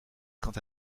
quant